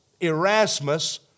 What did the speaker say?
Erasmus